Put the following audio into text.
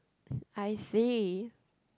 I see